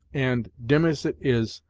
and, dim as it is,